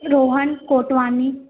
Rohan Kotwani